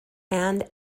and